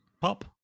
pop